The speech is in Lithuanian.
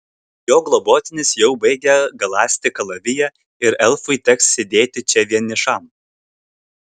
jo globotinis jau baigia galąsti kalaviją ir elfui teks sėdėti čia vienišam